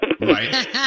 Right